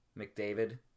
McDavid